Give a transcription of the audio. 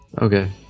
Okay